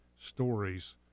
stories